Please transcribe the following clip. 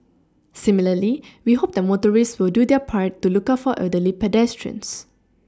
similarly we hope that motorists will do their part to look out for elderly pedestrians